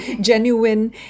genuine